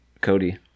Cody